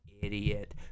idiot